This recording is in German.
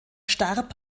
starb